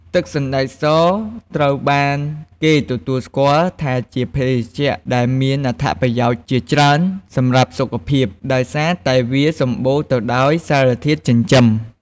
ទឹកសណ្តែកសត្រូវបានគេទទួលស្គាល់ថាជាភេសជ្ជៈដែលមានអត្ថប្រយោជន៍ជាច្រើនសម្រាប់សុខភាព ដោយសារតែវាសម្បូរទៅដោយសារធាតុចិញ្ចឹម។